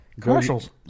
Commercials